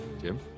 Jim